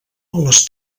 les